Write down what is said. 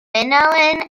minoan